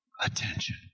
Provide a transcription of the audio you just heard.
attention